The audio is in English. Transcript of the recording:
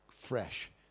Fresh